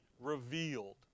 revealed